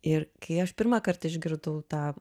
ir kai aš pirmąkart išgirdau tą